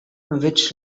which